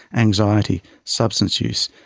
anxiety, substance use,